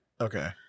Okay